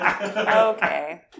Okay